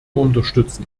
unterstützen